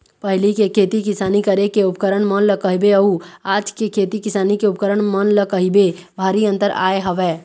पहिली के खेती किसानी करे के उपकरन मन ल कहिबे अउ आज के खेती किसानी के उपकरन मन ल कहिबे भारी अंतर आय हवय